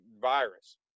virus